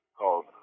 called